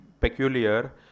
peculiar